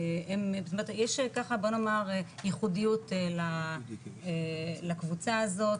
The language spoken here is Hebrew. יש ככה בוא נאמר ייחודיות לקבוצה הזאת,